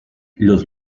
los